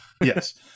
Yes